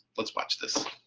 let's watch this.